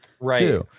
right